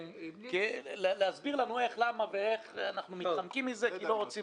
כדי להסביר לנו למה ואיך אנחנו מתחמקים מזה כי לא רוצים.